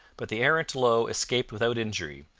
but the arrant low escaped without injury,